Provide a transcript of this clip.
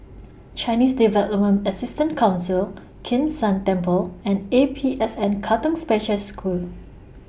Chinese Development Assistance Council Kim San Temple and A P S N Katong Special School